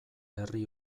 herri